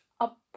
up